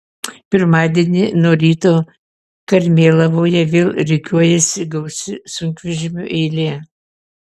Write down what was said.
pirmadienį nuo ryto karmėlavoje vėl rikiuojasi gausi sunkvežimių eilė